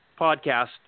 podcast